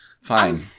Fine